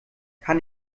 kann